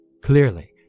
Clearly